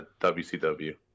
WCW